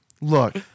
Look